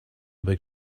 big